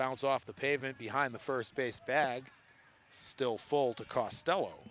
bounce off the pavement behind the first base bag still full to costello